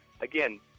Again